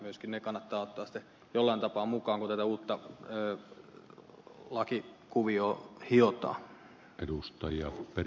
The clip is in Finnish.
myöskin ne kannattaa ottaa sitten jollain tapaa mukaan kun tätä uutta lakikuviota hiotaan